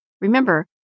Remember